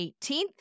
18th